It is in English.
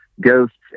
ghosts